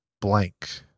blank